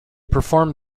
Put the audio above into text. performed